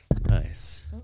Nice